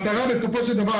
בסופו של דבר המטרה,